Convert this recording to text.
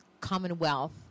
Commonwealth